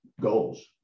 goals